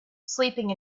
sleeping